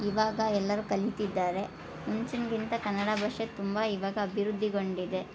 ಇವಾಗ ಎಲ್ಲರೂ ಕಲಿತಿದ್ದಾರೆ ಮುಂಚಿಗಿಂತ ಕನ್ನಡ ಭಾಷೆ ತುಂಬ ಇವಾಗ ಅಭಿವೃದ್ದಿಗೊಂಡಿದೆ